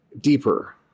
deeper